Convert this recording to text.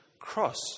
cross